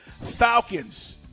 Falcons